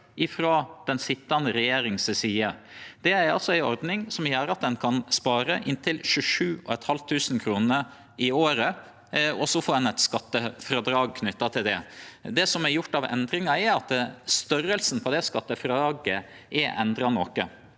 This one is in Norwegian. frå den sittande regjeringa si side. Det er ei ordning som gjer at ein kan spare inntil 27 500 kr i året, og så får ein eit skattefrådrag knytt til det. Det som er gjort av endringar, er at størrelsen på det skattefrådraget er endra noko,